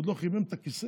עוד לא חימם את הכיסא,